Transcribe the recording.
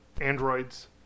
androids